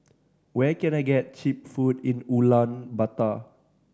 where can I get cheap food in Ulaanbaatar